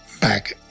back